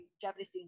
Japanese